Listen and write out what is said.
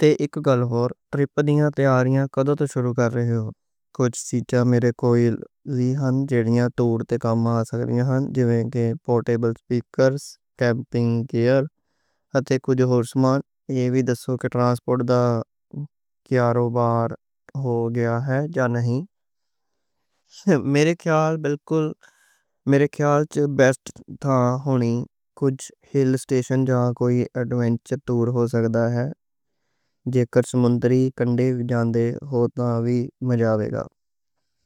تے اک گل ہور، ٹرپ دیاں تیاریاں کدوں توں شروع کر رہے ہو؟ کجھ چیزاں میرے کول وی نیں جیہڑیاں ٹور تے کم آ سکدیاں نیں—پورٹیبل سپیکر، کیمپنگ گیئر تے کجھ ہور سمارٹ۔ ایہ وی دسو کہ ٹرانسپورٹ دا بندوبست ہو گیا ہے جا نہیں؛ میرے خیال چ بہترین تھاں ہون گی کجھ ہل سٹیشن جان کوئی ایڈونچر ٹور ہو سکدا، جے کر سمندری کِنارے جاندے ہو تاں وی مزہ آئے گا۔